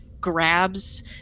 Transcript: grabs